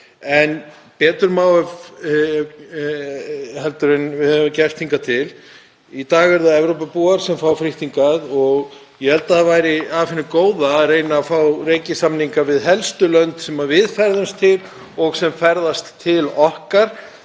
en betur má gera en við höfum gert hingað til. Í dag eru það Evrópubúar sem fá frítt hingað og ég held að það væri af hinu góða að reyna að fá reikisamninga við helstu lönd sem við ferðumst til og þau lönd